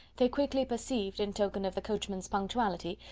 they quickly perceived, in token of the coachman's punctuality,